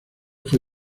fue